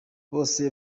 bose